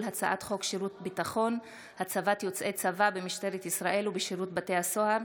הצעת חוק שירות ביטחון (הצבת יוצאי צבא במשטרת ישראל ובשירות בתי הסוהר)